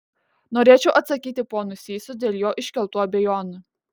norėčiau atsakyti ponui sysui dėl jo iškeltų abejonių